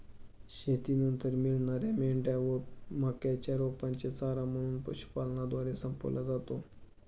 शेतीनंतर मिळणार्या पेंढ्या व मक्याच्या रोपांचे चारा म्हणून पशुपालनद्वारे संपवला जातो